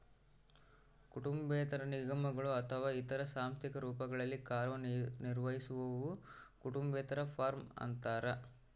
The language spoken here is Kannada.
ಕುಟುಂಬೇತರ ನಿಗಮಗಳು ಅಥವಾ ಇತರ ಸಾಂಸ್ಥಿಕ ರೂಪಗಳಲ್ಲಿ ಕಾರ್ಯನಿರ್ವಹಿಸುವವು ಕುಟುಂಬೇತರ ಫಾರ್ಮ ಅಂತಾರ